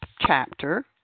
chapter